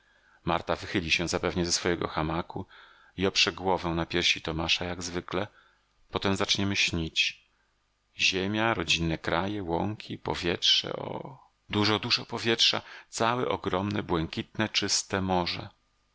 marta wychyli się zapewne ze swego hamaku i oprze głowę na piersi tomasza jak zwykle potem zaczniemy śnić ziemia rodzinne kraje łąki powietrze oh dużo dużo powietrza całe ogromne błękitne czyste morze